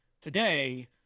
today